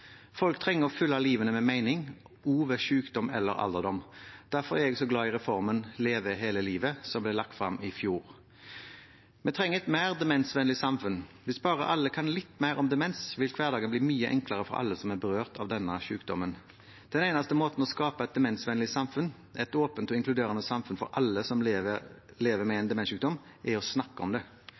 Folk trenger å fylle livet med mening også ved sykdom eller alderdom. Derfor er jeg så glad i reformen Leve hele livet, som ble lagt frem i fjor. Vi trenger et mer demensvennlig samfunn. Hvis alle kan bare litt mer om demens, vil hverdagen bli mye enklere for alle som er berørt av denne sykdommen. Den eneste måten å skape et demensvennlig samfunn på, et åpent og inkluderende samfunn for alle som lever med en demenssykdom, er å snakke om det.